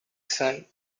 sun